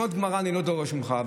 ללמוד גמרא אני לא דורש ממך,